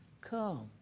Come